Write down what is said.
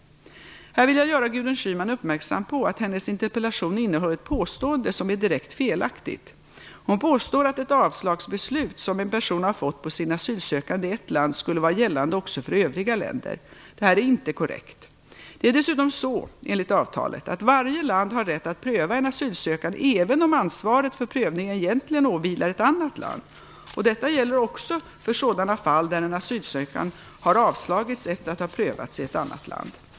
Här vill jag göra Gudrun Schyman uppmärksam på att hennes interpellation innehåller ett påstående som är direkt felaktigt. Hon påstår att ett avslagsbeslut som en person har fått på sin asylansökan i ett land skulle vara gällande också för övriga länder. Detta är inte korrekt. Det är dessutom så, enligt avtalet, att varje land har rätt att pröva en asylansökan även om ansvaret för prövningen egentligen åvilar ett annat land, och detta gäller också för sådana fall där en asylansökan har avslagits efter att ha prövats i ett annat land.